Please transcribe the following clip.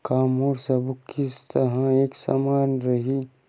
का मोर सबो किस्त ह एक समान रहि?